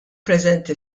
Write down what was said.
preżenti